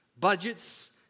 budgets